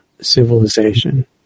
civilization